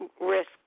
risk